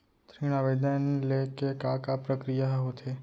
ऋण आवेदन ले के का का प्रक्रिया ह होथे?